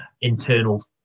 internal